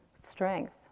strength